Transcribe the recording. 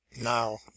now